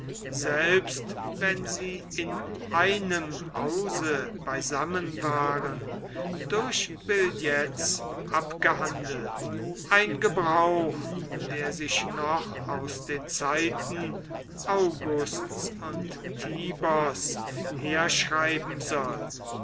selbst wenn sie in einem hause beisammen waren durch billets abgehandelt ein gebrauch der sich noch aus den zeiten augusts und tibers herschreiben soll